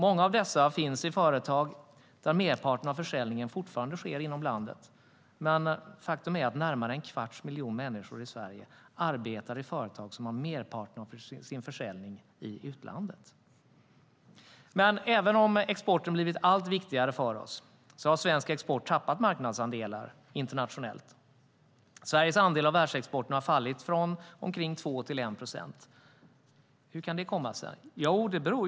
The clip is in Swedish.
Många av dessa finns i företag där merparten av försäljningen fortfarande sker inom landet, men faktum är att närmare en kvarts miljon människor arbetar i företag som har merparten av sin försäljning i utlandet. Men även om exporten har blivit allt viktigare för oss har svensk export tappat marknadsandelar internationellt. Sveriges andel av världsexporten har fallit från omkring 2 till 1 procent. Hur kan då det komma sig?